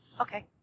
Okay